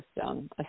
system